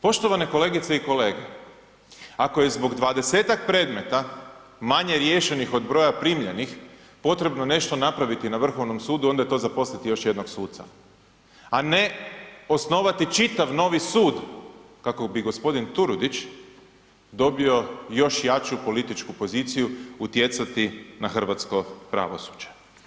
Poštovane kolegice i kolege, ako je zbog 20-tak predmeta manje riješenih od broja primljenih potrebno nešto napraviti na Vrhovnom sudu, onda je to zaposliti još jednog suca, a ne osnovati čitav novi sud kako bi g. Turudić dobio još jaču političku poziciju utjecati na hrvatsko pravosuđe.